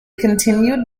continued